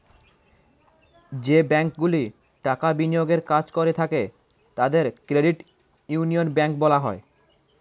যে ব্যাঙ্কগুলি টাকা বিনিয়োগের কাজ করে থাকে তাদের ক্রেডিট ইউনিয়ন ব্যাঙ্ক বলা হয়